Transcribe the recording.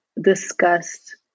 discussed